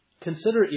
Consider